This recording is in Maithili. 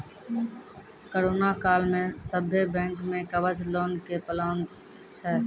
करोना काल मे सभ्भे बैंक मे कवच लोन के प्लान छै